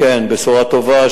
כן, בשורה טובה.